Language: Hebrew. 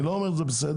אני לא אומר זה בסדר.